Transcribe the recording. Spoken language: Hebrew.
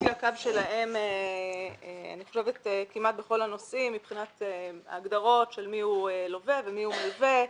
לפי הקו שלהם כמעט בכל הנושאים מבחינת ההגדרות מיהו לווה ומיהו מלווה,